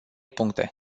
puncte